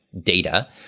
data